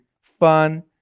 fun